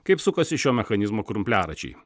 kaip sukasi šio mechanizmo krumpliaračiai